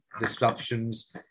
disruptions